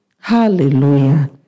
Hallelujah